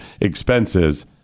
expenses